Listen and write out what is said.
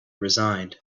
resigned